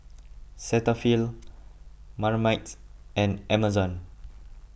Cetaphil Marmite and Amazon